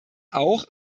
auch